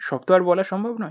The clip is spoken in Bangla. সব তো আর বলা সম্ভব নয়